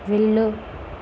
వెళ్ళు